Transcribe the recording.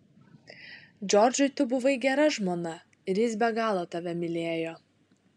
džordžui tu buvai gera žmona ir jis be galo tave mylėjo